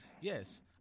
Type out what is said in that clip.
yes